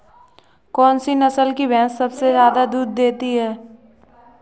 कौन सी नस्ल की भैंस सबसे ज्यादा दूध देती है?